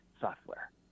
software